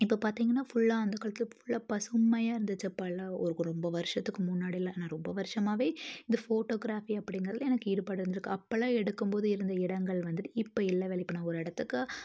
இப்போ பார்த்திங்கன்னா ஃபுல்லாக அந்த காலத்தில் ஃபுல்லாக பசுமையாக இருந்துச்சு அப்போல்லாம் ஒரு ரொம்ப வருஷத்துக்கு முன்னாடியெலாம் நான் ரொம்ப வருஷமாவே இந்த ஃபோட்டோக்ராஃபி அப்படிங்கறதுல எனக்கு ஈடுபாடு இருந்திருக்கு அப்போல்லாம் எடுக்கும்போது இருந்த இடங்கள் வந்துட்டு இப்போ இல்லவே இல்லை இப்போ நான் ஒரு இடத்துக்கு